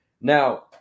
Now